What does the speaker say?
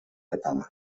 català